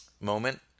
moment